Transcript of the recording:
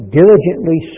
diligently